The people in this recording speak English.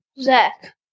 Zach